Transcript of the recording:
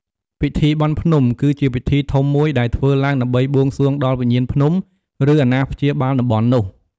ពិធីបុណ្យភ្នំគឺជាពិធីធំមួយដែលធ្វើឡើងដើម្បីបួងសួងដល់វិញ្ញាណភ្នំ ឬអាណាព្យាបាលតំបន់នោះ។